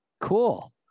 cool